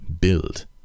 build